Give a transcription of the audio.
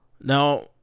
Now